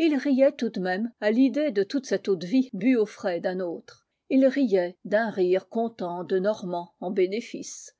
et il riait tout de même à l'idée de toute cette eau-de-vie bue aux frais d'un autre il riait d'un rire content de normand en bénéfice